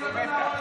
טוב.